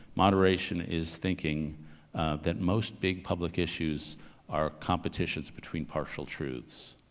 moderation is thinking that most big public issues are competitions between partial truths,